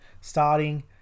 starting